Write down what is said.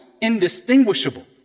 indistinguishable